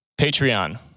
patreon